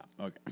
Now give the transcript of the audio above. Okay